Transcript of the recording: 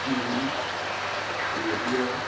TV radio